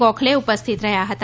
ગોખલે ઉપસ્થિત રહ્યા હતા